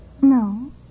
No